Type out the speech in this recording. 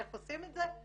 איך עושים את זה?